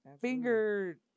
finger